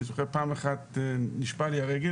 אני זוכר פעם אחת נשברה לי הרגל,